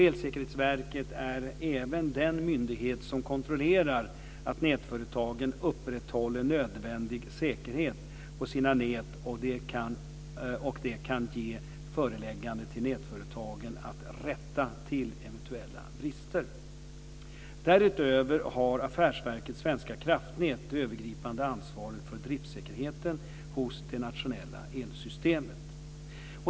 Elsäkerhetsverket är även den myndighet som kontrollerar att nätföretagen upprätthåller nödvändig säkerhet på sina nät, och det kan ge förelägganden till nätföretagen att rätta till eventuella brister. Därutöver har Affärsverket svenska kraftnät det övergripande ansvaret för driftsäkerheten hos det nationella elsystemet.